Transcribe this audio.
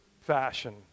fashion